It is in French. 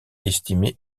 estimé